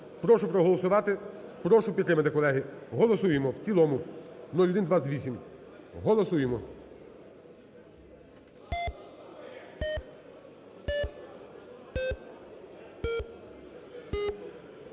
Прошу проголосувати, прошу підтримати, колеги. Голосуємо в цілому 0128. Голосуємо.